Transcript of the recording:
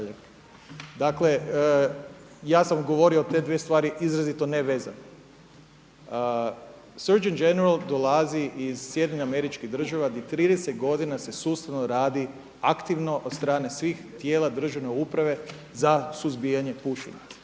Dakle, ja sam govorio o te dvije stvari izrazito nevezano. Search and general dolazi iz SAD-a di 30 godina se sustavno radi aktivno od strane svih tijela državne uprave za suzbijanje pušenja.